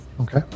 Okay